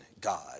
God